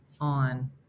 on